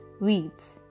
weeds